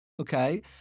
Okay